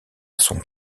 son